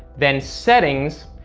then settings,